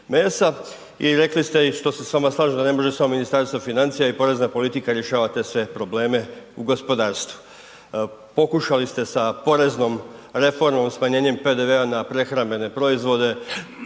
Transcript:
i rekli ste i što se s vama slažem da ne može Ministarstvo financija i porezna politika rješavati te sve probleme u gospodarstvu. Pokušali ste sa poreznom reformom smanjenje PDV-a na prehrambene proizvode